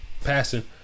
passing